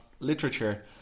Literature